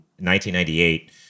1998